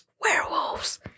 werewolves